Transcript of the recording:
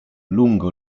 lungo